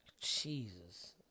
Jesus